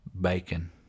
Bacon